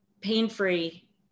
pain-free